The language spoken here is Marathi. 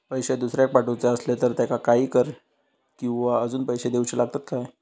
पैशे दुसऱ्याक पाठवूचे आसले तर त्याका काही कर किवा अजून पैशे देऊचे लागतत काय?